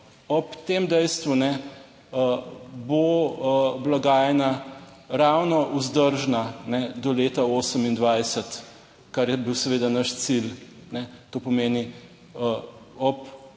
Ob tem dejstvu bo blagajna ravno vzdržna do leta 2028, kar je bil seveda naš cilj. To pomeni, ob